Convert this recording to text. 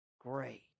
great